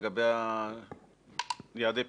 לגבי יעדי הפינוי.